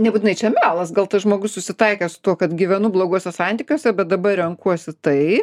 nebūtinai čia melas gal tas žmogus susitaikęs su tuo kad gyvenu bloguose santykiuose bet dabar renkuosi tai